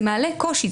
זה מעלה קושי,